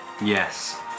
Yes